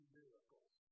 miracles